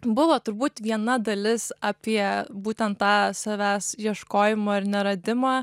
buvo turbūt viena dalis apie būtent tą savęs ieškojimą ar neradimą